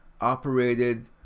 operated